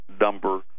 number